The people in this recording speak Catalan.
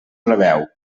plebeu